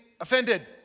offended